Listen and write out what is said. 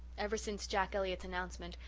ever since jack elliott's announcement,